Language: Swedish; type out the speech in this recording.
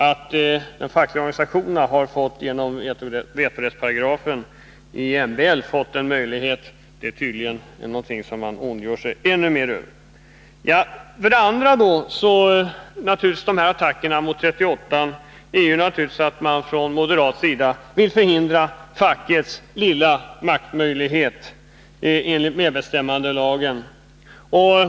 Att de fackliga organisationerna genom vetorättsparagrafen i MBL har fått en möjlighet är tydligen någonting som man ondgör sig över ännu mer. För det andra beror naturligtvis attacken mot 38 § på att man från moderat sida vill förhindra fackets lilla maktmöjlighet enligt medbestämmandelagen.